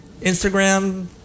Instagram